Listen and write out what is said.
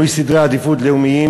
הצעת חוק לשינוי סדרי עדיפות לאומיים